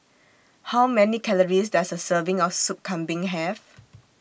How Many Calories Does A Serving of Sup Kambing Have